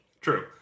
True